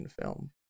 film